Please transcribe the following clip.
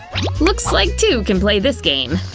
looks like two can play this game.